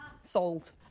sold